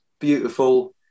beautiful